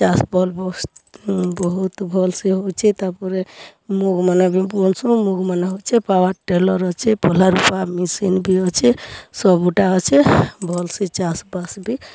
ଚାଷ୍ ବହୁତ୍ ବହୁତ୍ ଭଲ୍ସେ ହେଉଛେ ତା'ର୍ପରେ ମୁଗ୍ ମାନେ ବି ବୁନ୍ସୁଁ ମୁଗ୍ ମାନେ ହେଉଛେ ପାୱାର୍ ଟ୍ରିଲର୍ ଅଛେ ପଲ୍ହା ରୂଆ ମେସିନ୍ ବି ଅଛେ ସବୁଟା ଅଛେ ଭଲ୍ସେ ଚାଷ୍ ବାସ୍ ବି